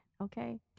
okay